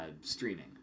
streaming